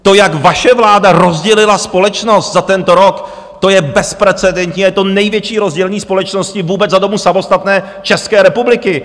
To, jak vaše vláda rozdělila společnost za tento rok, to je bezprecedentní a je to největší rozdělení společnosti vůbec za dobu samostatné České republiky!